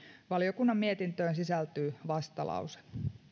valiokunnan mietintöön sisältyy vastalause